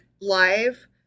live